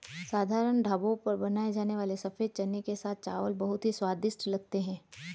साधारण ढाबों पर बनाए जाने वाले सफेद चने के साथ चावल बहुत ही स्वादिष्ट लगते हैं